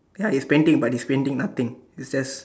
ya it's painting but it's painting nothing it's just